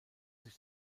sich